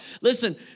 Listen